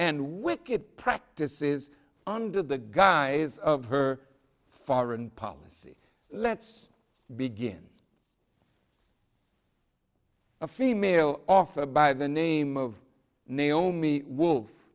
and wicked practices under the guise of her foreign policy let's begin a female officer by the name of naomi wol